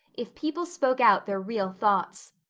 if people spoke out their real thoughts.